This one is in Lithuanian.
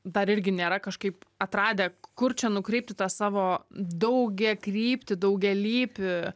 dar irgi nėra kažkaip atradę kur čia nukreipti tą savo daugiakryptį daugialypį